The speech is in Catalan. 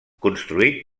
construït